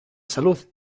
salud